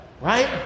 Right